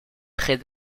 près